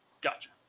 Gotcha